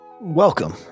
Welcome